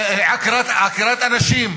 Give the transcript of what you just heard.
עקירת אנשים,